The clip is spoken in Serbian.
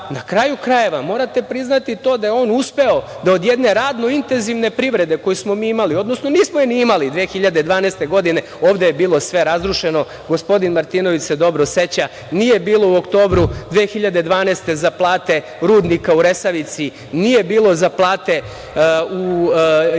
kraju krajeva, morate priznati to da je on uspeo da od jedne radno-intenzivne privrede, koju smo mi imali, odnosno nismo je ni imali, 2012. godine ovde je bilo sve razrušeno, gospodin Martinović se dobro seća, nije bilo u oktobru 2012. godine za plate rudnika u Resavici, nije bilo za plate ljudi